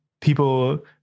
people